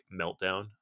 meltdown